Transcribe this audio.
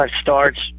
starts